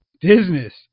business